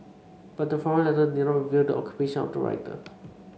but the forum letter did not reveal the occupation of the writer